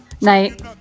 Night